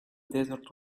desert